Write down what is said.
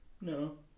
no